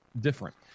different